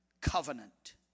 covenant